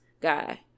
guy